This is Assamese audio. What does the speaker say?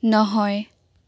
নহয়